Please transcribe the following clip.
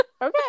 Okay